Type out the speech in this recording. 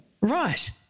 Right